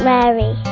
Mary